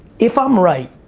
if i'm right,